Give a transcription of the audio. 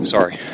Sorry